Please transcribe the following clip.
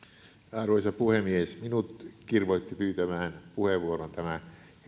arvoisa puhemies minut kirvoitti pyytämään puheenvuoron tämä